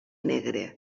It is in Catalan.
negre